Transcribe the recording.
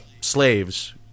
slaves